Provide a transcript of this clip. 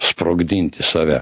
sprogdinti save